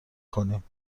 کنیم